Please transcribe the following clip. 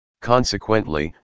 Consequently